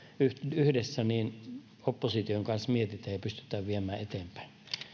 yhdessä opposition kanssa mietitään ja pystytään viemään eteenpäin